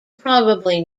probably